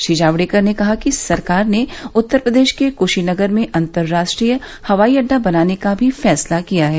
श्री जावड़ेकर ने कहा कि सरकार ने उत्तर प्रदेश के कुशीनगर में अंतर्राष्ट्रीय हवाई अड्डा बनाने का भी फैसला किया है